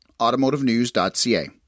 AutomotiveNews.ca